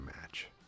match